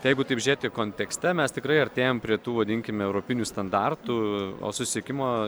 jeigu taip žiūrėti kontekste mes tikrai artėjam prie tų vadinkime europinių standartų o susisiekimo